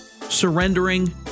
surrendering